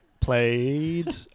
played